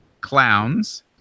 clowns